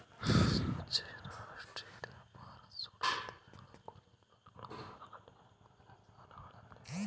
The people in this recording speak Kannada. ಚೈನಾ ಆಸ್ಟ್ರೇಲಿಯಾ ಭಾರತ ಸುಡಾನ್ ದೇಶಗಳು ಕುರಿ ಉತ್ಪನ್ನಗಳು ಮಾರುಕಟ್ಟೆಯಲ್ಲಿ ಮುಂದಿನ ಸ್ಥಾನಗಳಲ್ಲಿವೆ